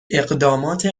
اقدامات